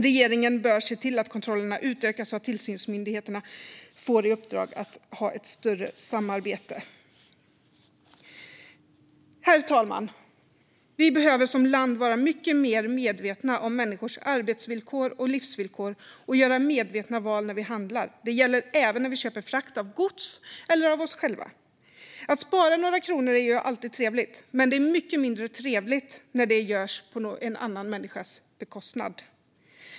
Regeringen bör se till att kontrollerna utökas och att tillsynsmyndigheterna får i uppdrag att ha ett större samarbete. Herr talman! Vi behöver som land börja vara mycket mer medvetna om människors arbetsvillkor och livsvillkor och göra medvetna val när vi handlar. Det gäller även när vi köper frakt av gods eller av oss själva. Att spara några kronor är ju alltid trevligt. Men det är mycket mindre trevligt när det görs på en annan människas bekostnad.